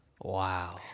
Wow